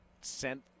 sent